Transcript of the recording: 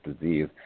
disease